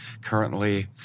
Currently